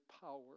power